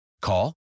Call